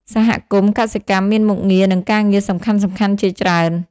សហគមន៍កសិកម្មមានមុខងារនិងការងារសំខាន់ៗជាច្រើន។